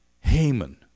Haman